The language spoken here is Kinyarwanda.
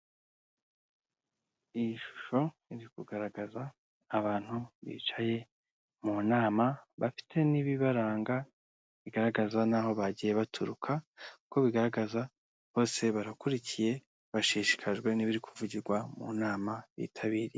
Iyi shusho iri kugaragaza abantu bicaye mu nama, bafite n'ibibaranga bigaragaza n'aho bagiye baturuka, uko bigaragaza bose barakurikiye, bashishikajwe n'ibiri kuvugirwa mu nama bitabiriye.